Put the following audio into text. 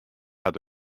hat